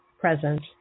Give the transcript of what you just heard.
present